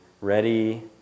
Ready